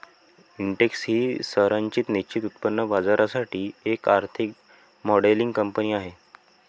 Intex ही संरचित निश्चित उत्पन्न बाजारासाठी एक आर्थिक मॉडेलिंग कंपनी आहे